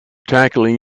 tackling